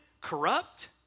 corrupt